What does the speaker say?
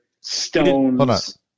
stones